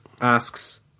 asks